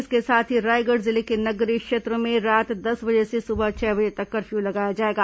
इसके साथ ही रायगढ़ जिले के नगरीय क्षेत्रों में रात दस बजे से सुबह छह बजे तक कर्फ्यू लगाया जाएगा